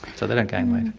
so they don't gain weight.